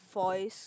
voice